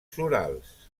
florals